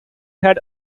had